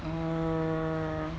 err